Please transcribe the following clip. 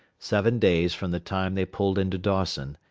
seven days from the time they pulled into dawson,